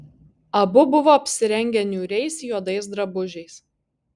abu buvo apsirengę niūriais juodais drabužiais